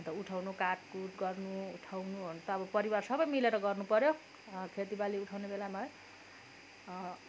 अन्त उठाउनु काटकुट गर्नु उठाउनुहरू त परिवार अब सबै मिलेर गर्नु पऱ्यो खेतीबाली उठाउने बेलामा है